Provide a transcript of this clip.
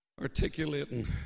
articulating